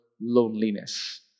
loneliness